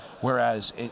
whereas